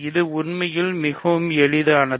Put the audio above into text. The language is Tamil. இது உண்மையில் மிகவும் எளிது